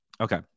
okay